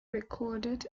recorded